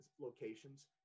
locations